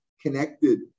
connected